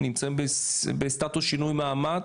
נמצאים בסטטוס שינוי מעמד.